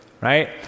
right